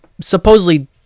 supposedly